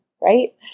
right